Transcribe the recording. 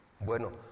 Bueno